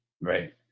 Right